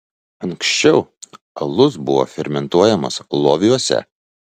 anksčiau alus buvo fermentuojamas loviuose